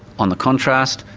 on the contrast,